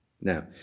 Now